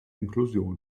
inklusion